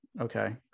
okay